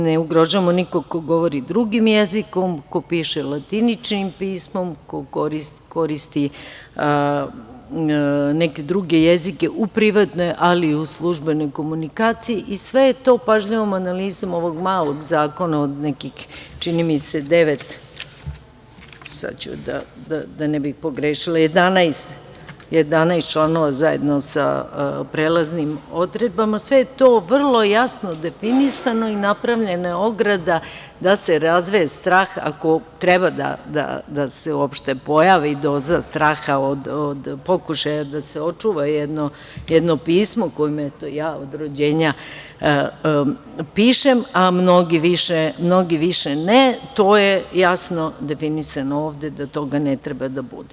Ne ugrožavamo nikoga ko govori drugim jezikom, ko piše latiničnim pismom, ko koristi neke druge jezike u privatnoj, ali i u službenoj komunikaciji i sve je to pažljivom analizom ovog malog zakona od nekih 11 članova zajedno sa prelaznim odredbama vrlo jasno definisano i napravljena je ograda da se razveje strah ako treba da se uopšte pojavi doza straha od pokušaja da se očuva jedno pismo, kojim ja od rođenja pišem, a mnogi više ne, to je jasno definisano ovde da toga ne treba da bude.